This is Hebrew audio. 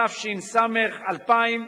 התש"ס 2000,